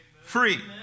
free